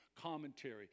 commentary